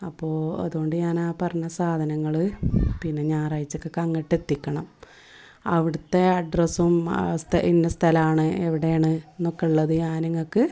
അപ്പോൾ അതുകൊണ്ട് ഞാനാ പറഞ്ഞത് സാധനങ്ങൾ പിന്നെ ഞായറാഴ്ചക്ക്ങ്ങട്ട് എത്തിക്കണം അവിടുത്ത അഡ്രസ്സും ആ ഇന്ന സ്ഥലമാണ് എവിടെയാണ് എനിക്കുള്ളത് ഞാനിങ്ങക്ക്